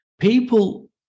People